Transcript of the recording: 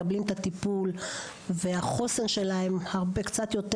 מקבלים את הטיפול והחוסר שלהם קצת יותר